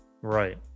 Right